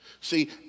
See